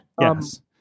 yes